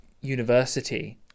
university